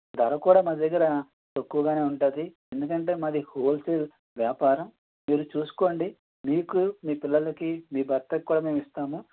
ధర కూడా మన దగ్గర తక్కువగానే ఉంటుంది ఎందుకంటే మాది హోల్సేల్ వ్యాపారం మీరు చూస్కోండి మీకు మీ పిల్లలకి మీ భర్త కూడా మేమిస్తాము